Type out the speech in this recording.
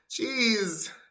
Jeez